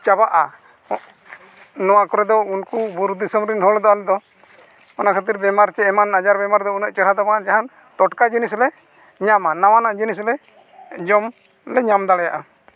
ᱪᱟᱵᱟᱜᱼᱟ ᱱᱚᱣᱟ ᱠᱚᱨᱮ ᱫᱚ ᱩᱱᱠᱩ ᱵᱩᱨᱩ ᱫᱤᱥᱚᱢ ᱨᱮᱱ ᱦᱚᱲ ᱫᱚ ᱟᱞᱮ ᱫᱚ ᱚᱱᱟ ᱠᱷᱟᱹᱛᱤᱨ ᱵᱤᱢᱟᱨ ᱥᱮ ᱮᱢᱟᱱ ᱟᱡᱟᱨ ᱵᱤᱢᱟᱨ ᱫᱚ ᱩᱱᱟᱹᱜ ᱪᱮᱦᱨᱟ ᱫᱚ ᱵᱟᱝ ᱡᱟᱦᱟᱱ ᱴᱚᱴᱠᱟ ᱡᱤᱱᱤᱥ ᱞᱮ ᱧᱟᱢᱟ ᱱᱟᱣᱟᱱᱟᱜ ᱡᱤᱱᱤᱥ ᱞᱮ ᱡᱚᱢ ᱞᱮ ᱧᱟᱢ ᱫᱟᱲᱮᱭᱟᱜᱼᱟ